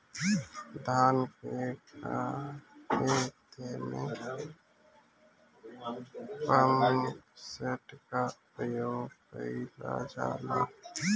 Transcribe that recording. धान के ख़हेते में पम्पसेट का उपयोग कइल जाला?